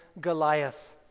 Goliath